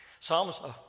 Psalms